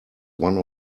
one